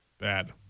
Bad